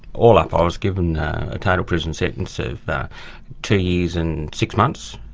all up, i was given a total prison sentence of two years and six months.